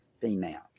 female